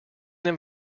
them